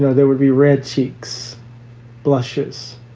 there would be red cheeks blushes.